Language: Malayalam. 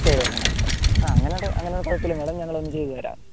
ചെയ്തേക്കുന്നത് ആ അങ്ങനെ ഒരു അങ്ങനെ ഒരു കുഴപ്പം ഇല്ല മാഡം ഞങ്ങൾ വന്ന് ചെയ്ത് തരാം